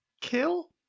Kill